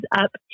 up